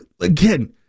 again